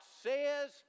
says